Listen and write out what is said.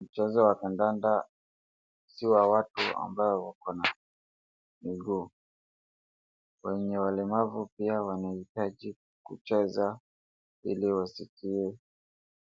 Mchezo wa kadanda sio wa watu ambao wako na miguu. Wenye walemavu pia wanahitaji kucheza, ili wasikie